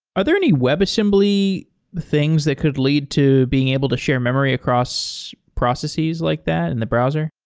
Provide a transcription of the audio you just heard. are there any webassembly things that could lead to being able to share memory across processes like that in the browser?